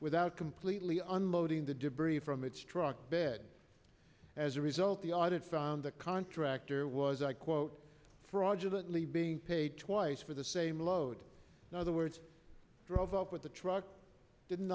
without completely unloading the debris from its truck bed as a result the audit found the contractor was i quote fraudulent lee being paid twice for the same load other words drove up with the truck didn't